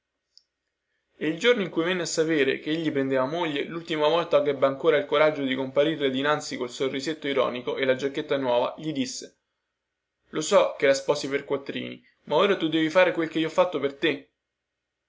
e il giorno in cui venne a sapere che egli prendeva moglie lultima volta che ebbe ancora il coraggio di comparirle dinanzi col sorrisetto ironico e la giacchetta nuova gli disse lo so che la sposi pei quattrini ma ora tu devi fare quel che io ho fatto per te